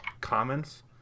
comments